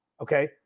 okay